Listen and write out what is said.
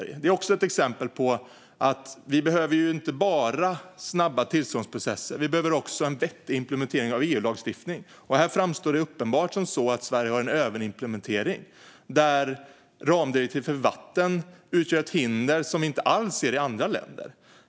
Detta är också ett exempel på att vi inte bara behöver snabba tillståndsprocesser; vi behöver också en vettig implementering av EU-lagstiftning. Här framstår det som uppenbart att Sverige har en överimplementering, där ramdirektivet för vatten utgör ett hinder som vi inte alls ser i andra länder.